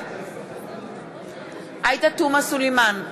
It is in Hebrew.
בעד עאידה תומא סלימאן,